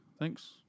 Thanks